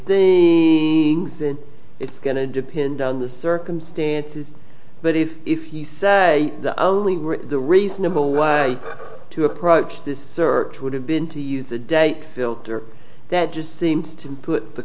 things and it's going to depend on the circumstances but if if you say the only the reasonable way to approach this search would have been to use a date filter that just seems to put the